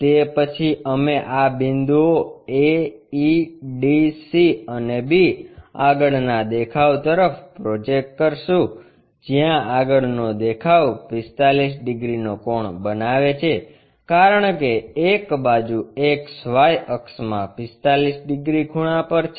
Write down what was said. તે પછી અમે આ બિંદુઓ a e d c અને b આગળનાં દેખાવ તરફ પ્રોજેક્ટ કરશું જ્યાં આગળનો દેખાવ 45 ડિગ્રીનો કોણ બનાવે છે કારણ કે એક બાજુ XY અક્ષમાં 45 ડિગ્રી ખૂણા પર છે